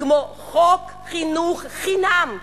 כמו חוק חינוך חינם מגיל,